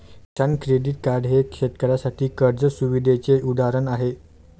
किसान credit card हे शेतकऱ्यांसाठी कर्ज सुविधेचे उदाहरण आहे